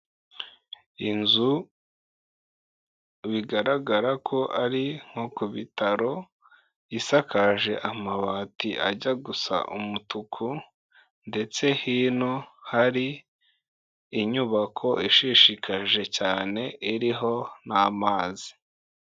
Inzu bigaragara ko ari nko ku bitaro, isakaje amabati ajya gusa umutuku ndetse hino hari inyubako ishishikaje cyane iriho n'amazi.